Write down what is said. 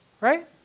Right